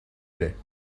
lait